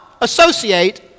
associate